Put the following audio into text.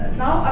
now